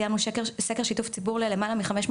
סיימנו סקר שיתוף ציבור עם למעלה מ-500